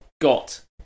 got